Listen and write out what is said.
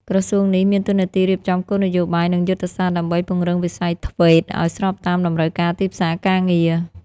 ក្រសួងនេះមានតួនាទីរៀបចំគោលនយោបាយ និងយុទ្ធសាស្ត្រដើម្បីពង្រឹងវិស័យ ធ្វេត TVET ឱ្យស្របតាមតម្រូវការទីផ្សារការងារ។